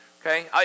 okay